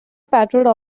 patrolled